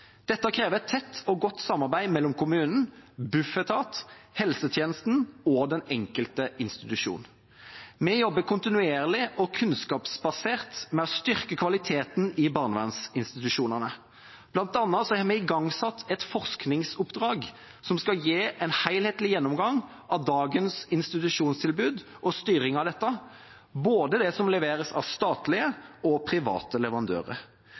Dette krever et tett og godt samarbeid mellom kommunen, Bufetat, helsetjenesten og den enkelte institusjon. Vi jobber kontinuerlig og kunnskapsbasert med å styrke kvaliteten i barnevernsinstitusjonene. Blant annet har vi igangsatt et forskningsoppdrag som skal gi en helhetlig gjennomgang av dagens institusjonstilbud og styringen av dette, både det som leveres av statlige og av private leverandører.